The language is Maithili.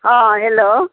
हॅं हेलो